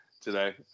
today